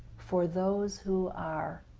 for those who are